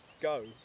go